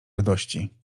radości